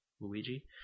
Luigi